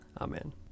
Amen